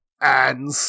and-